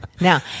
now